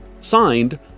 Signed